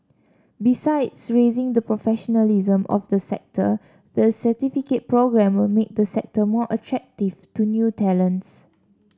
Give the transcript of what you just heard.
besides raising the professionalism of the sector the certificate programme will make the sector more attractive to new talents